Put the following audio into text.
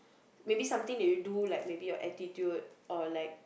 maybe something that you do like maybe your attitude or like